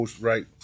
Right